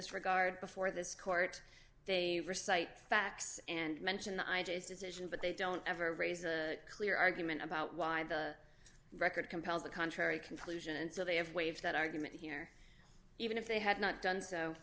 this regard before this court they recite facts and mentioned i just decision but they don't ever raise a clear argument about why the record compels the contrary conclusion and so they have waived that argument here even if they had not done so